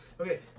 Okay